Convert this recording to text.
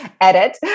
edit